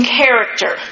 character